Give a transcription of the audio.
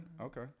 Okay